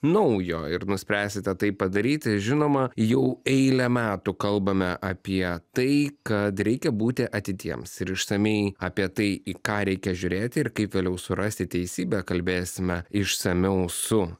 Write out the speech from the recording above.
naujo ir nuspręsite tai padaryti žinoma jau eilę metų kalbame apie tai kad reikia būti atidiems ir išsamiai apie tai į ką reikia žiūrėti ir kaip vėliau surasti teisybę kalbėsime išsamiau su